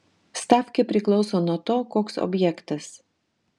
stavkė priklauso nuo to koks objektas